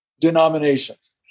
denominations